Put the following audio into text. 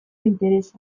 interesa